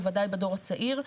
בוודאי בדור הצעיר.